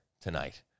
tonight